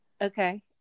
okay